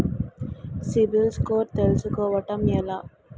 CIBIL score తెల్సుకోటం ఎలా?